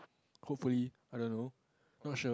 hopefully I don't know not sure